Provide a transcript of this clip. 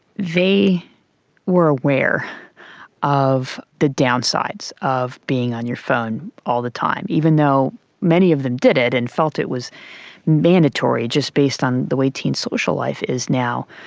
they were aware of the downsides of being on your phone all the time, even though many of them did it and felt it was mandatory, just based on the way teen social life is now.